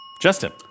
Justin